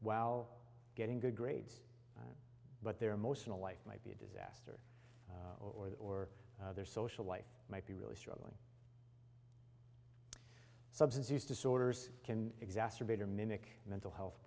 while getting good grades but their emotional life might be a disaster or that or their social life might be really struggling substance use disorders can exacerbate or mimic mental health